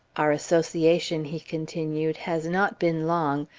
our association, he continued, has not been long,